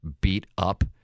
beat-up